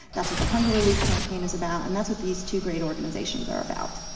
that's what the hunger relief campaign is about. and that's what these two great organizations are about.